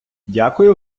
дякую